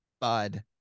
bud